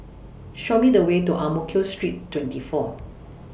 Show Me The Way to Ang Mo Kio Street twenty four